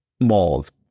malls